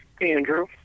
Andrew